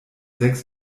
sechs